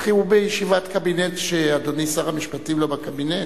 איך הוא בישיבת קבינט כשאדוני שר המשפטים לא בקבינט?